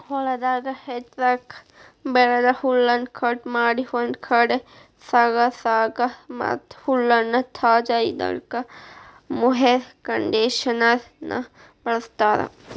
ಹೊಲದಾಗ ಎತ್ರಕ್ಕ್ ಬೆಳದ ಹುಲ್ಲನ್ನ ಕಟ್ ಮಾಡಿ ಒಂದ್ ಕಡೆ ಸಾಗಸಾಕ ಮತ್ತ್ ಹುಲ್ಲನ್ನ ತಾಜಾ ಇಡಾಕ ಮೊವೆರ್ ಕಂಡೇಷನರ್ ನ ಬಳಸ್ತಾರ